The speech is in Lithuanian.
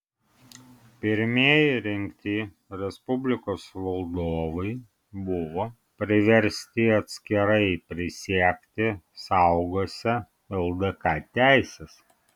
pirmieji rinkti respublikos valdovai buvo priversti atskirai prisiekti saugosią ldk teises